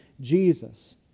Jesus